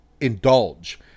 indulge